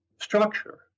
structure